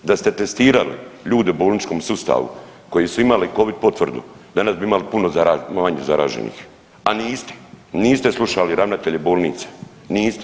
Da ste testirali ljude u bolničkom sustavu koji su imali Covid potvrdu danas bi imali puno manje zaraženih, a niste, niste slušali ravnatelje bolnica, niste.